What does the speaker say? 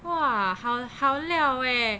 !wah! 好好料 eh